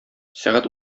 сәгать